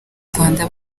rwanda